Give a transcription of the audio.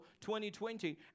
2020